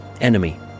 enemy